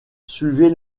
suivez